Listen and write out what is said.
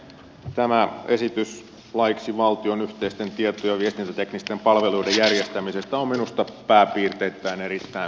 tämä esitys laiksi valtion yhteisten tieto ja viestintäteknisten palveluiden järjestämisestä on minusta pääpiirteittäin erittäin hyvä